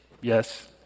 yes